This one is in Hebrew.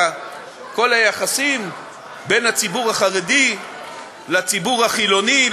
וכל היחסים בין הציבור החרדי לציבור החילוני,